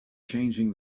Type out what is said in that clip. changing